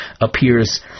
appears